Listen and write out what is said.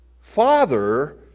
Father